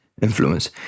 Influence